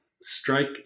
strike